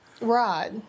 Right